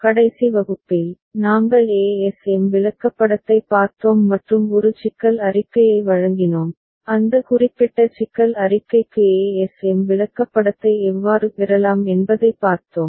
கடைசி வகுப்பில் நாங்கள் ASM விளக்கப்படத்தைப் பார்த்தோம் மற்றும் ஒரு சிக்கல் அறிக்கையை வழங்கினோம் அந்த குறிப்பிட்ட சிக்கல் அறிக்கைக்கு ASM விளக்கப்படத்தை எவ்வாறு பெறலாம் என்பதைப் பார்த்தோம்